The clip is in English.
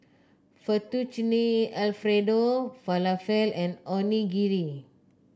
Fettuccine Alfredo Falafel and Onigiri